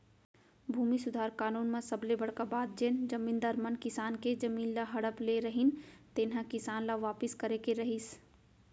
भूमि सुधार कानून म सबले बड़का बात जेन जमींदार मन किसान के जमीन ल हड़प ले रहिन तेन ह किसान ल वापिस करे के रहिस